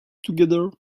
together